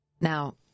Now